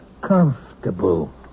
comfortable